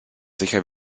sicher